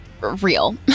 real